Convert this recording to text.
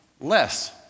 less